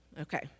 Okay